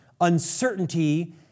uncertainty